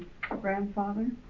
Grandfather